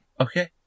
Okay